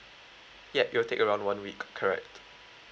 ya it will take around one week correct